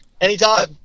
anytime